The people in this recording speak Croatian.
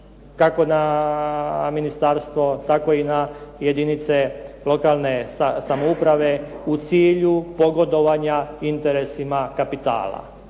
kako na ministarstvo tako i na jedinice lokalne samouprave u cilju pogodovanja interesima kapitala,